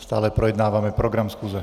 Stále projednáváme program schůze.